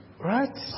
Right